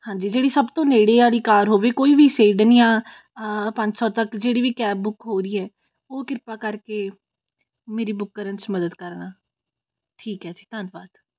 ਹਾਂਜੀ ਜਿਹੜੀ ਸਭ ਤੋਂ ਨੇੜੇ ਵਾਲੀ ਕਾਰ ਹੋਵੇ ਕੋਈ ਵੀ ਸਵੀਡਨ ਜਾਂ ਪੰਜ ਸੌ ਤੱਕ ਜਿਹੜੀ ਵੀ ਕੈਬ ਬੁੱਕ ਹੋ ਰਹੀ ਹੈ ਉਹ ਕਿਰਪਾ ਕਰਕੇ ਮੇਰੀ ਬੁੱਕ ਕਰਨ 'ਚ ਮਦਦ ਕਰਨਾ ਠੀਕ ਹੈ ਜੀ ਧੰਨਵਾਦ